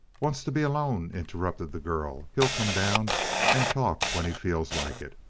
wants to be alone, interrupted the girl. he'll come down and talk when he feels like it.